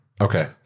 Okay